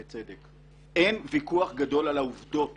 בצדק, שאין ויכוח גדול על העובדות